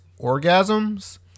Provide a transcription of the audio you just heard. orgasms